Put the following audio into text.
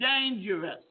dangerous